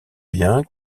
bien